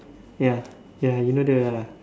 ya ya you know the